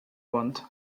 want